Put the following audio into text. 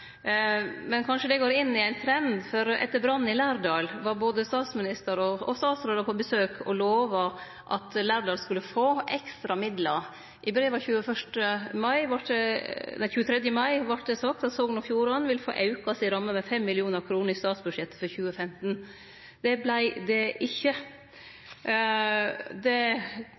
Men kanskje det går inn i ein trend, for etter brannen i Lærdal var både statsminister og statsrådar på besøk og lova at Lærdal skulle få ekstra midlar. I brevet av 23. mai vart det sagt at Sogn og Fjordane ville få auka ramma si med 5 mill. kr i statsbudsjettet for 2015. Slik vart det ikkje. Og med det